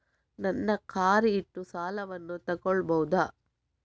ನನ್ನ ಕಾರ್ ಇಟ್ಟು ಸಾಲವನ್ನು ತಗೋಳ್ಬಹುದಾ?